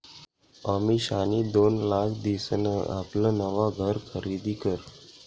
अमिषानी दोन लाख दिसन आपलं नवं घर खरीदी करं